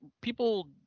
people